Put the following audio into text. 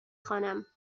خوانم